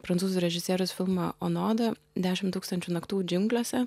prancūzų režisieriaus filmą onoda dešim tūkstančių naktų džiunglėse